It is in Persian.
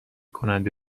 کننده